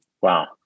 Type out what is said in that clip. Wow